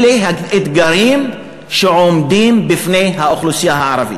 אלה האתגרים שעומדים בפני האוכלוסייה הערבית.